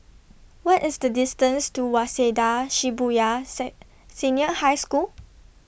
What IS The distance to Waseda Shibuya Said Senior High School